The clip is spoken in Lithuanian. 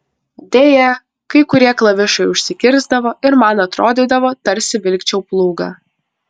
deja kai kurie klavišai užsikirsdavo ir man atrodydavo tarsi vilkčiau plūgą